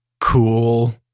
cool